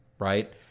Right